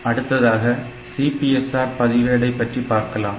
அடுத்ததாக CPSR பதிவேடை பற்றி பார்க்கலாம்